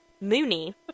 Mooney